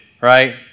right